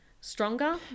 stronger